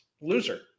loser